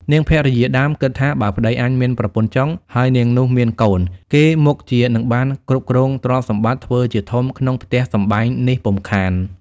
នាងភរិយាដើមគិតថា បើប្តីអញមានប្រពន្ធចុង ហើយនាងនោះមានកូន គេមុខជានឹងបាន គ្រប់គ្រងទ្រព្យសម្បត្តិ ធ្វើជាធំក្នុងផ្ទះសម្បែងនេះពុំខាន។